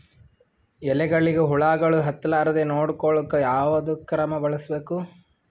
ಎಲೆಗಳಿಗ ಹುಳಾಗಳು ಹತಲಾರದೆ ನೊಡಕೊಳುಕ ಯಾವದ ಕ್ರಮ ಬಳಸಬೇಕು?